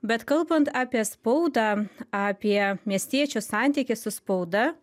bet kalbant apie spaudą apie miestiečių santykį su spauda